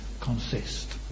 consist